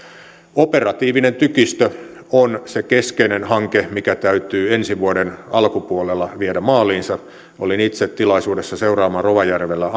operatiivinen tykistö on se keskeinen hanke mikä täytyy ensi vuoden alkupuolella viedä maaliinsa olin itse tilaisuudessa seuraamassa rovajärvellä